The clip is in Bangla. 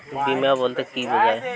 বিমা বলতে কি বোঝায়?